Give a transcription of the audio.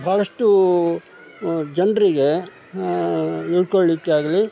ಬಹಳಷ್ಟು ಜನರಿಗೆ ನೋಡಿಕೊಳ್ಳಿಕ್ಕೆ ಆಗಲೀ